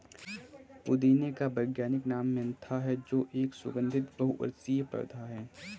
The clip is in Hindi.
पुदीने का वैज्ञानिक नाम मेंथा है जो एक सुगन्धित बहुवर्षीय पौधा है